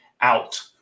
out